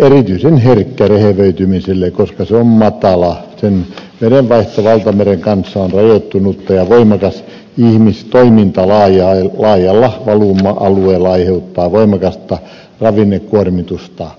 erityisen herkkä rehevöitymiselle koska se on matala sen vedenvaihto valtameren kanssa on rajoittunutta ja voimakas ihmistoiminta laajalla valuma alueella aiheuttaa voimakasta ravinnekuormitusta